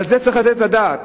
על זה צריך לתת את הדעת,